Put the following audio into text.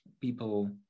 people